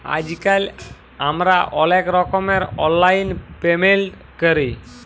আইজকাল আমরা অলেক রকমের অললাইল পেমেল্ট ক্যরি